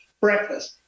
breakfast